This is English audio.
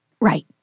right